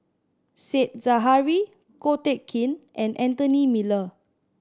Said Zahari Ko Teck Kin and Anthony Miller